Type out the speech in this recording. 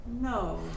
No